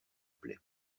plaie